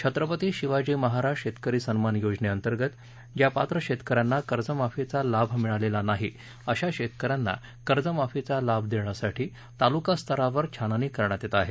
छत्रपती शिवाजी महाराज शेतकरी सन्मान योजनेअंतर्गत ज्या पात्र शेतकऱ्यांना कर्जमाफीचा लाभ मिळालेला नाही अशा शेतकऱ्यांना कर्जमाफीचा लाभ देण्यासाठी तालुकास्तरावर छाननी करण्यात येत आहे